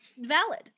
valid